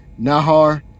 Nahar